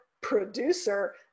producer